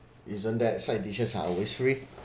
isn't that side dishes are always free